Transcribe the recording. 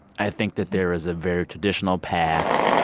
i think that there is a very traditional path